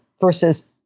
versus